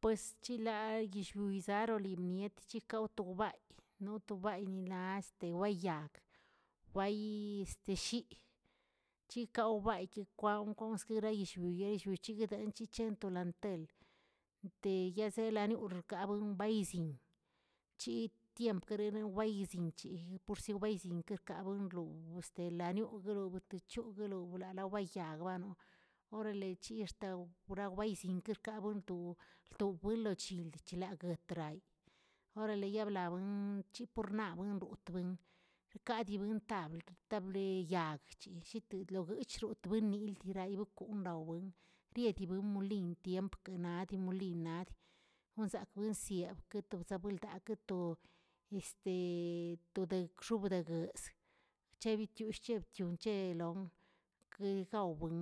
Pues chila yillwiz arolimiet chikaotoꞌ baꞌykə to baynila este beyag waꞌyi este shii, chikwaꞌbayki kwangꞌ skareyillwiyell wichiꞌgdə chichetolanteꞌe, teyzeꞌlonaniur abuen baꞌyizin, chitiempkereneꞌ bayiziꞌnchirə pursi bayizinꞌkirkaꞌrbuinlo este laniuꞌguruꞌu techogloglaꞌa lobayag banuꞌ, orale chix̱tao wrawayizin kabonto togolochi chilagꞌtraꞌa, oraleyablagun chiporṉaagbuin gotꞌwin rkadibuntab tablee yag chellitꞌlogochrə winilə tiraꞌa lokuꞌun raweꞌn, riedbi molin tiemp kanadꞌ molin nadꞌ wozank winsiꞌeb to bzaa boldaꞌgꞌ to este todegx̱obdegə, chebitiull' chebtiuꞌ cheꞌlon kegaoben,